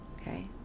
Okay